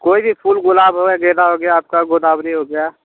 कोई भी फूल गुलाब हो गेंदा हो गया आपका गोदावरी हो गया